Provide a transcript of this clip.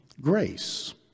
grace